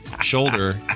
shoulder